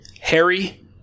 Harry